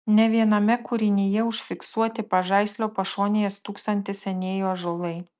ne viename kūrinyje užfiksuoti pažaislio pašonėje stūksantys senieji ąžuolai